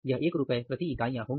यह एक रुपए प्रति इकाइयां होगी